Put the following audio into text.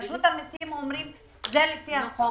רשות המיסים אומרים: זה לפי החוק,